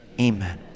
Amen